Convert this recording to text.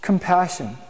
Compassion